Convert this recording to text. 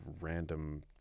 random